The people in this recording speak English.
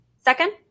Second